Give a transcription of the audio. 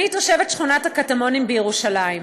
אני תושבת שכונת הקטמונים בירושלים,